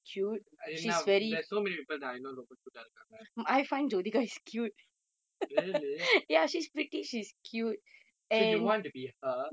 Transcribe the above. and என்ன:enna there's so many people that I know ரொம்ப:romba cute ah இருக்காங்க:irukkaanga really so you want to be her